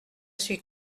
suis